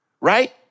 right